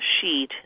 sheet